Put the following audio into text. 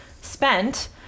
spent